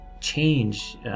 change